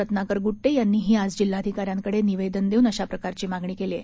रत्नाकर ग्ट्टे यांनीही आज जिल्हाधिकाऱ्यांकडे निवेदन देऊन अशा प्रकारची मागणी केली आहे